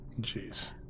Jeez